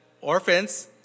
orphans